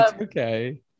Okay